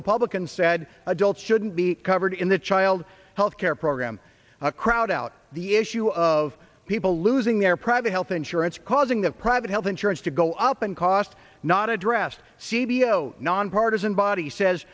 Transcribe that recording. republicans said adults shouldn't be covered in the child health care program a crowd out the issue of people losing their private health insurance causing the private health insurance to go up and cost not addressed c b l nonpartizan body says